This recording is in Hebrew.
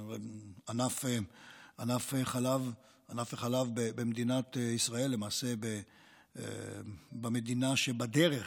ענף החלב במדינת ישראל החל למעשה במדינה שבדרך,